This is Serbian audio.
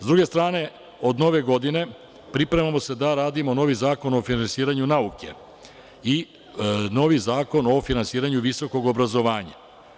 S druge strane, od Nove godine pripremamo se da radimo novi zakon o finansiranju nauke i novi zakon o finansiranju visokog obrazovanja.